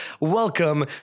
welcome